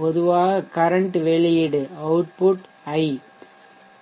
பொதுவாக கரன்ட் வெளியீடு I